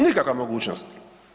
Nikakva mogućnost.